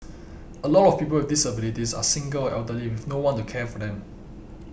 a lot of people with disabilities are single or elderly with no one to care for them